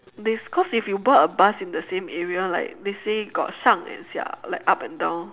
this cause if you board a bus in the same area like they say got shang and ya it's like up and down